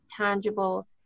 tangible